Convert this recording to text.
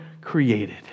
created